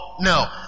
No